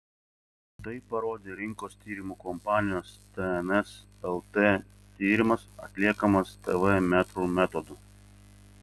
tai parodė rinkos tyrimų kompanijos tns lt tyrimas atliekamas tv metrų metodu